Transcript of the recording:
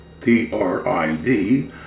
T-R-I-D